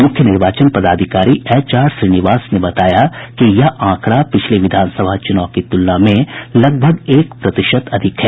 मुख्य निर्वाचन पदाधिकारी एच आर श्रीनिवास ने बताया कि यह आंकड़ा पिछले विधानसभा चूनाव की तुलना में लगभग एक प्रतिशत अधिक है